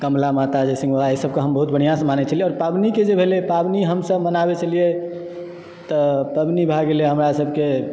कमला माता जय सिंह बाबा एहिसभकऽ हम बहुत बढ़िआँसँ मानैत छलियै आओर पाबनिके जे भेलय पाबनि हमसभ मनाबैत छलियै तऽ पाबनि भै गेलय हमरा सभके